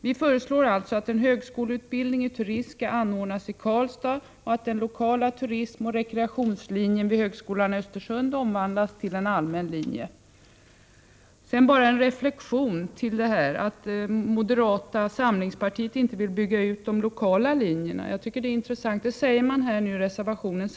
Vi föreslår alltså att en högskoleutbildning i turism skall anordnas i Karlstad och att den lokala turismoch rekreationslinjen vid högskolan i Östersund omvandlas till en allmän linje. Sedan bara en reflexion med anledning av det intressanta förhållandet att moderata samlingspartiet, som framhålls i reservationen, inte vill bygga ut de lokala linjerna.